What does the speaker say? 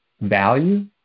value